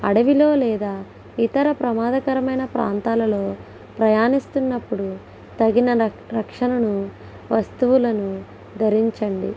అడవిలో లేదా ఇతర ప్రమాదకరమైన ప్రాంతాలలో ప్రయాణిస్తున్నప్పుడు తగిన రక్షణను వస్తువులను ధరించండి